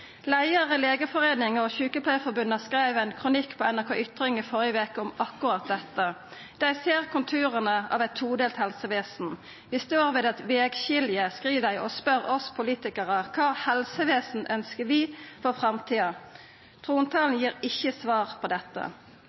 og Sykepleierforbundet skreiv ein kronikk på NRK Ytring i førre veke om akkurat dette. Dei ser konturane av eit todelt helsevesen. «Vi står ved et veiskille», skriv dei, og spør oss politikarar kva helsevesen vi ønskjer for framtida. Trontalen gir ikkje svar på dette.